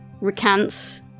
recants